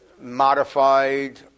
modified